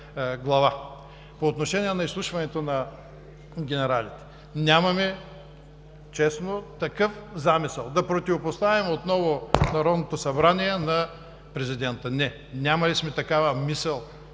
По отношение на изслушването на генералите. Нямаме, честно, такъв замисъл – да противопоставим отново Народното събрание на президента. Не, нямали сме такава мисъл,